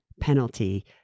penalty